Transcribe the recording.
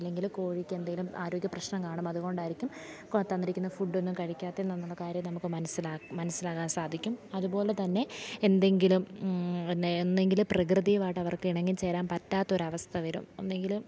അല്ലെങ്കിൽ കോഴിക്ക് എന്തെങ്കിലും ആരോഗ്യപ്രശ്നം കാണും അതുകൊണ്ടായിരിക്കും തന്നിരിക്കുന്നത് ഫുഡ്ഡൊന്നും കഴിക്കാത്തതെന്നുള്ള കാര്യം നമുക്ക് മനസ്സിലാ മനസ്സിലാക്കാൻ സാധിക്കും അതു പോലെ തന്നെ എന്തെങ്കിലും പിന്നെ എന്തെങ്കിലും പ്രകൃതിയുമായിട്ട് അവർക്ക് ഇണങ്ങി ചേരാൻ പറ്റാത്തൊരു അവസ്ഥ വരും എന്തെങ്കിലും